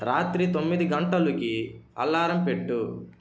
రాత్రి తొమ్మిది గంటలుకి అల్లారం పెట్టు